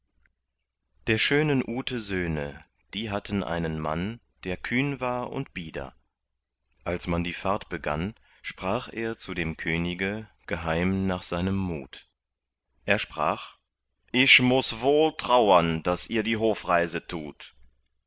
der schönen ute söhne die hatten einen mann der kühn war und bieder als man die fahrt begann sprach er zu dem könige geheim nach seinem mut er sprach ich muß wohl trauern daß ihr die hofreise tut